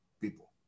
people